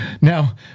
now